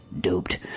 doped